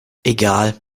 egal